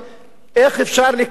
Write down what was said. איך אפשר לקדם אותו?